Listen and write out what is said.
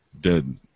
Dead